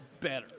better